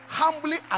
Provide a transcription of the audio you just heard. humbly